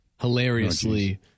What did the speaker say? hilariously